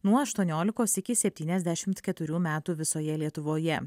nuo aštuoniolikos iki septyniasdešimt keturių metų visoje lietuvoje